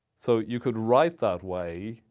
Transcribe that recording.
so you could write that way,